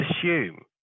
assume